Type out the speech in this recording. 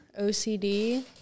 OCD